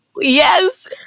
Yes